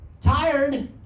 tired